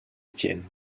etienne